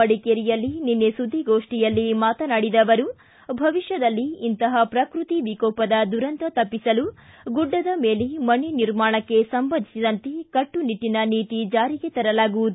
ಮಡಿಕೇರಿಯಲ್ಲಿ ನಿನ್ನೆ ಸುದ್ದಿಗೋಷ್ಠಿಯಲ್ಲಿ ಮಾತನಾಡಿದ ಅವರು ಭವಿಷ್ನದಲ್ಲಿ ಇಂತಹ ಪ್ರಕ್ಯಕಿ ವಿಕೋಪದ ದುರಂತ ತಪ್ಪಿಸಲು ಗುಡ್ಡದ ಮೇಲೆ ಮನೆ ನಿರ್ಮಾಣಕ್ಕೆ ಸಂಬಂಧಿಸಿದಂತೆ ಕಟ್ಸುನಿಟ್ಸನ ನೀತಿ ಜಾರಿಗೆ ತರಲಾಗುವುದು